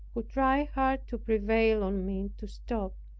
who tried hard to prevail on me to stop,